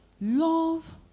Love